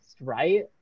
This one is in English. right